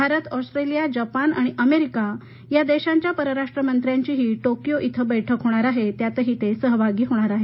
Bharat Australia Japan आणि America या देशांच्या परराष्ट्र मंत्र्यांची टोकियो इथं बैठक होणार आहे त्यातही ते सहभागी होणार आहेत